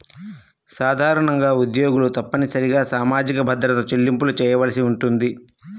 సాధారణంగా ఉద్యోగులు తప్పనిసరిగా సామాజిక భద్రత చెల్లింపులు చేయవలసి ఉంటుంది